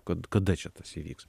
kad kada čia tas įvyks